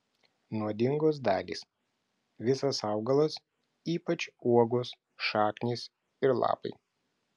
nuodingos dalys visas augalas ypač uogos šaknys ir lapai